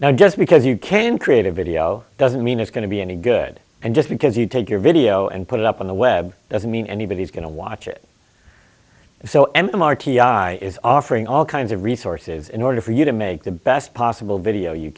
now just because you can create a video doesn't mean it's going to be any good and just because you take your video and put it up on the web doesn't mean anybody's going to watch it so m m r t i is offering all kinds of resources in order for you to make the best possible video you